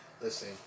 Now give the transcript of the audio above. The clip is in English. listen